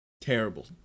Terrible